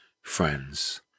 friends